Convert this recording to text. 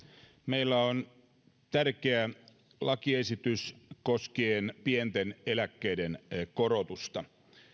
meillä on tärkeä lakiesitys koskien pienten eläkkeiden korotusta